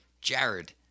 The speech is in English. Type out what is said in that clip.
Jared